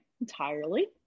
entirely